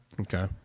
Okay